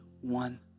one